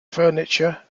furniture